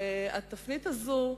התפנית הזאת,